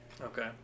okay